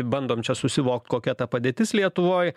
bandom čia susivokt kokia ta padėtis lietuvoj